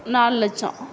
நாலு லட்சம்